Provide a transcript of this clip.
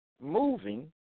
moving